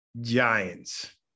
Giants